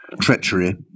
treachery